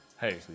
Hey